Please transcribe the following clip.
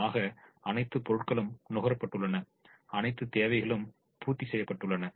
ஆக அனைத்து பொருட்களும் நுகரப்பட்டுள்ளன அனைத்து தேவைகளும் பூர்த்தி செய்யப்பட்டுள்ளன